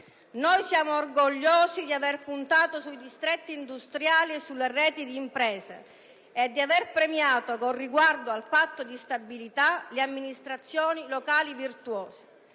noi siamo orgogliosi di avere puntato sui distretti industriali e sulle reti di imprese e di aver premiato, con riguardo al Patto di stabilità, le amministrazioni locali virtuose;